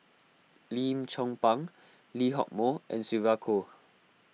Lim Chong Pang Lee Hock Moh and Sylvia Kho